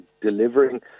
delivering